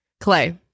clay